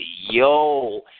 yo